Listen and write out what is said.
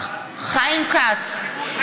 ישראל כץ,